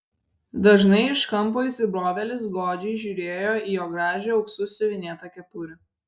dažnai iš kampo įsibrovėlis godžiai žiūrėjo į jo gražią auksu siuvinėtą kepurę